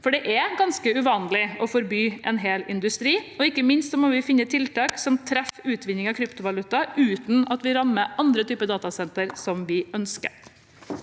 for det er ganske uvanlig å forby en hel industri. Ikke minst må vi finne tiltak som treffer utvinning av kryptovaluta uten at vi rammer andre typer datasentre som vi ønsker.